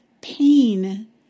pain